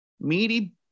meaty